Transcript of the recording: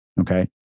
Okay